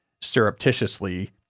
surreptitiously